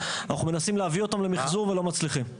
אנחנו מנסים להביא אותם למחזור ולא מצליחים.